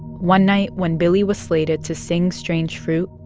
one night when billie was slated to sing strange fruit,